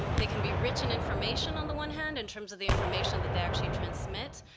um they can be rich in information, on the one hand, in terms of the information that they actually transmit.